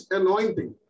anointing